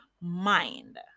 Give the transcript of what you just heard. mind